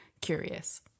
curious